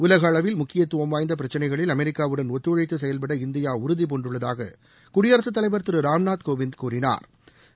உலக அளவில் முக்கியத்துவம் வாய்ந்த பிரக்சினைகளில் அமெரிக்காவுடன் ஒத்துழைத்து செயல்பட இந்தியா உறுதி பூண்டுள்ளதாக குடியரசுத் தலைவர் திரு ராம்நாத் கோவிந்த் கூறினாா்